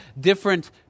different